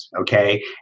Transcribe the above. okay